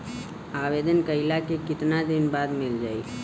आवेदन कइला के कितना दिन बाद मिल जाई?